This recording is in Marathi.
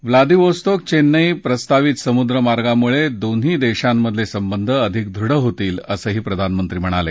व्लादीव्होस्तोक चेन प्रस्तावित समुद्रमार्गामुळे दोन्ही देशांमधले संबंध अधिक दृढ होतील असंही प्रधानमंत्री म्हणाले